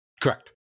correct